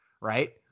right